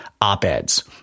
op-eds